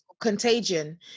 Contagion